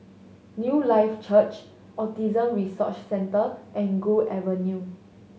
Newlife Church Autism Resource Centre and Gul Avenue